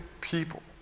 people